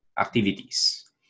activities